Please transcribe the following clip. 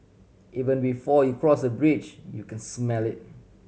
even before you cross the bridge you can smell it